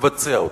לבצע אותו.